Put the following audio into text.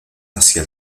hacia